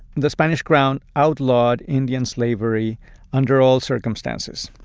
the spanish crown outlawed indian slavery under all circumstances.